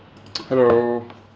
hello